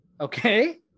Okay